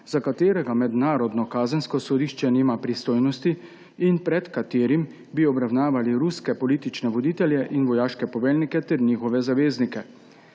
za katerega Mednarodno kazensko sodišče nima pristojnosti in pred katerim bi obravnavali ruske politične voditelje in vojaške poveljnike ter njihove zaveznike.